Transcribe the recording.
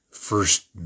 First